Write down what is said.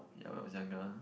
yeah when I was younger